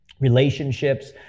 relationships